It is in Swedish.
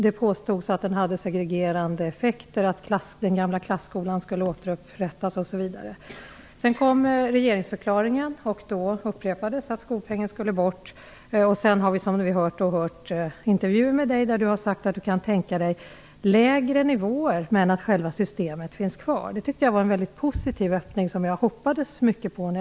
Det påstods att skolpengen hade segregerande effekter, att den gamla klasskolan skulle återupprättas osv. Sedan kom regeringsförklaringen, och då upprepades att skolpengen skulle bort. I intervjuer har Ylva Johansson nu sagt att hon kan tänka sig att själva systemet skall vara kvar men att ersättningsnivån är lägre. Det tyckte jag var en mycket positiv öppning, som jag hoppades mycket på.